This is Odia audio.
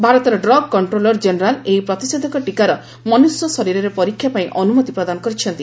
ଭାରତର ଡ୍ରଗ୍ କଣ୍ଟ୍ରୋଲର ଜେନେରାଲ ଏହି ପ୍ରତିଷେଧକ ଟୀକାର ମନୁଷ୍ୟ ଶରୀରରେ ପରୀକ୍ଷା ପାଇଁ ଅନୁମତି ପ୍ରଦାନ କରିଛନ୍ତି